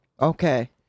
Okay